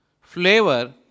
flavor